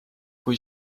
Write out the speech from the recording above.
kui